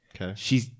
Okay